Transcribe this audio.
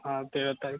हाँ तेरह तारीख को